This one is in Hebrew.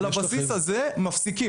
על הבסיס הזה מפסיקים.